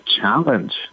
challenge